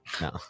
no